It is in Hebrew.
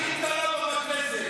בנוכחות הכי גדולה פה בכנסת.